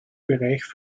bereich